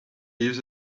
use